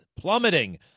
plummeting